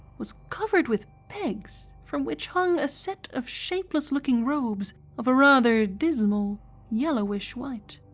was covered with pegs from which hung a set of shapeless-looking robes of a rather dismal yellowish-white.